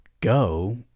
go